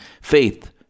faith